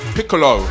Piccolo